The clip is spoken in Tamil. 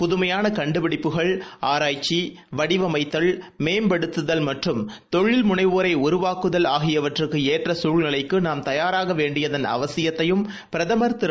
புதுமையானகண்டுபிடிப்புகள் ஆராய்ச்சி வடிவமைத்தல் மேம்படுத்துதல் மற்றும் தொழில் முனைவோரைஉருவாக்குதல் ஆகியவற்றுக்குஏற்றசூழ்நிலைக்கு நாம் தயாராகவேண்டியதன் அவசியத்தையும் பிரதமர் திரு